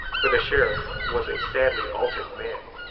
for the sheriff was a sadly altered man.